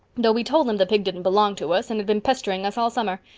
though we told him the pig didn't belong to us, and had been pestering us all summer.